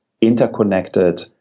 interconnected